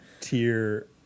Tier